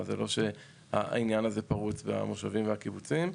זה לא שהעניין הזה פרוץ במושבים והקיבוצים.